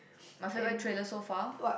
my favourite trailer so far